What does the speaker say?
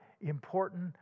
important